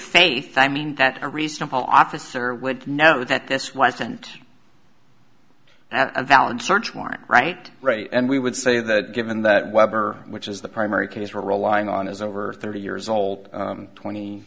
faith i mean that a reasonable officer would know that this wasn't that a valid search warrant right right and we would say that given that webber which is the primary case we're relying on is over thirty years old twenty